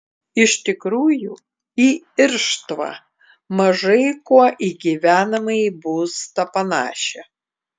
iš tikrųjų į irštvą mažai kuo į gyvenamąjį būstą panašią